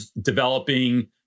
developing